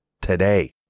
today